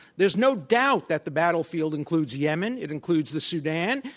there's no doubt that the battlefield includes yemen. it includes the sudan.